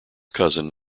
cousin